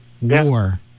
war